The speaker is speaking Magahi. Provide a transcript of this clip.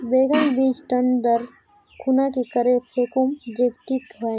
बैगन बीज टन दर खुना की करे फेकुम जे टिक हाई?